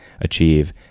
achieve